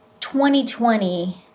2020